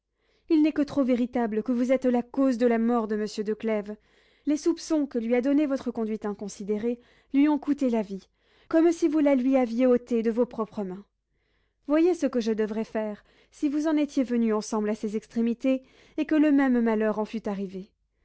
il n'est que trop véritable que vous êtes cause de la mort de monsieur de clèves les soupçons que lui a donnés votre conduite inconsidérée lui ont coûté la vie comme si vous la lui aviez ôtée de vos propres mains voyez ce que je devrais faire si vous en étiez venus ensemble à ces extrémités et que le même malheur en fût arrivé